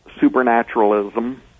supernaturalism